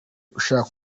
ushaka